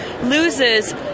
loses